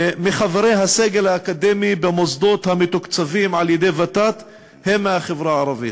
מחברי הסגל האקדמי במוסדות המתוקצבים על-ידי הוות"ת שהם מהחברה הערבית,